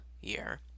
year